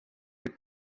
kuid